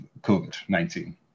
COVID-19